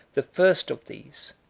the first of these,